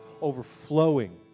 overflowing